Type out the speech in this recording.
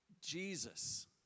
Jesus